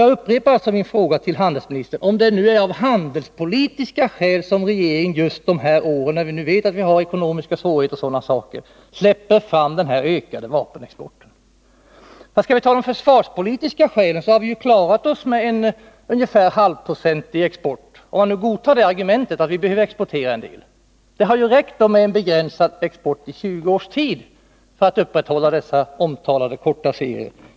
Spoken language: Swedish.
Jag upprepar alltså min fråga till handelsministern: Är det av handelspolitiska skäl som regeringen just dessa år — vi vet ju att vi har ekonomiska svårigheter o. d. — släpper fram den här ökade vapenexporten? Om vi skall tala om de försvarspolitiska skälen måste det framhållas att vi har klarat oss med en nivå på vapenexporten med ungefär 0,5 920 av totalexporten— om man nu godtar argumentet att vi måste exportera en del. I 20 års tid har det ju räckt med en begränsad export för att upprätthålla tillverkningen av de omtalade långa serierna.